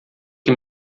que